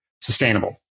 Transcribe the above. sustainable